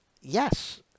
yes